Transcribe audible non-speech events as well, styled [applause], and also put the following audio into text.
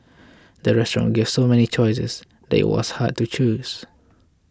[noise] the restaurant gave so many choices that was hard to choose